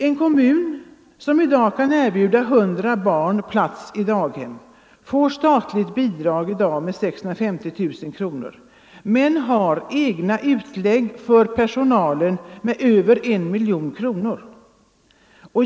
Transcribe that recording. En kommun som i dag kan erbjuda 100 barn plats i daghem får statligt bidrag med 650 000 kronor men har egna utlägg för personalen med över 1 miljon kronor.